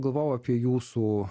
galvojau apie jūsų